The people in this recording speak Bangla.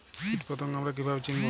কীটপতঙ্গ আমরা কীভাবে চিনব?